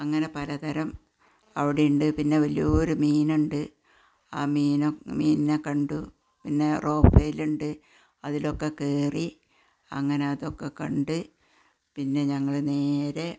അങ്ങനെ പലതരം അവിടെയുണ്ട് പിന്നെ വലിയൊരു മീനുണ്ട് ആ മീനെ മീനിനെ കണ്ടു പിന്നെ റോഫെല് ഉണ്ട് അതിലൊക്കെ കയറി അങ്ങനെ അതൊക്കെ കണ്ട് പിന്നെ ഞങ്ങൾ നേരെ